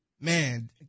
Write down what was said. man